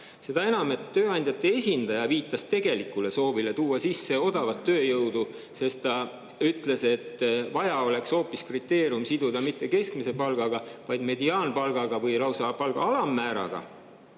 Seda enam, et tööandjate esindaja viitas tegelikult soovile tuua sisse odavat tööjõudu, sest ta ütles, et vaja oleks kriteerium mitte siduda keskmise palgaga, vaid hoopis mediaanpalgaga või lausa palga alammääraga.